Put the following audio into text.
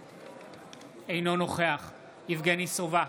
אינו נוכח יבגני סובה,